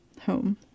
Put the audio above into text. home